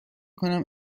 کنم